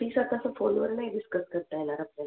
फीचं आता तसं फोनवर नाही डिस्कस करता येणार आपल्याला